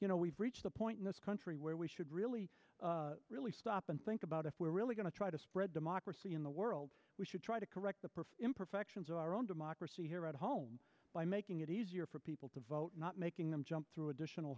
you know we've reached a point in this country where we should really really stop and think about if we're really going to try to spread democracy in the world we should try to correct the imperfections of our own democracy here at home by making it easier for people to vote not making them jump through additional